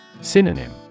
Synonym